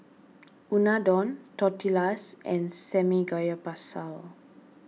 Unadon Tortillas and Samgyeopsal